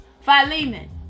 Philemon